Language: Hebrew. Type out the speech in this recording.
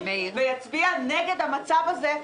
ויצביע נגד המצב הזה,